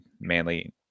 Manly